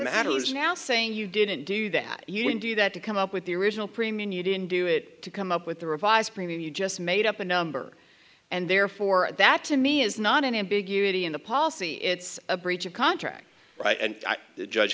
matters is now saying you didn't do that you didn't do that to come up with the original premium you didn't do it to come up with the revised premium you just made up a number and therefore that to me is not an ambiguity in the policy it's a breach of contract right and the judge